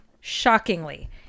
shockingly